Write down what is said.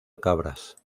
cabras